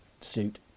suit